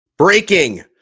Breaking